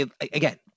Again